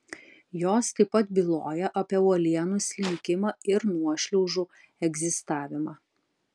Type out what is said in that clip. jos taip pat byloja apie uolienų slinkimą ir nuošliaužų egzistavimą